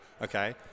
okay